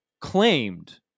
claimed